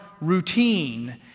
routine